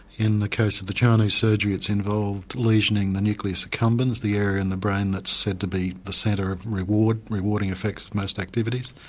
in the case of the chinese surgery it's involved lesioning the nucleus accumbens, the area in the brain that's said to be the centre of reward, the rewarding effects of most activities.